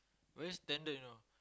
very standard you know